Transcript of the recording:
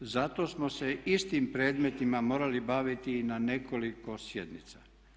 Zato smo se istim predmetima morali baviti i na nekoliko sjednica.